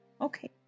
Okay